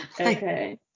Okay